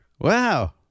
Wow